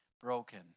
broken